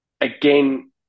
again